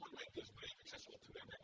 make this wave accessible to